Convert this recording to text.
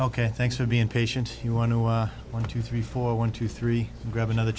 ok thanks for being patient you want to one two three four one two three grab another